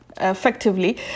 effectively